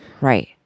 Right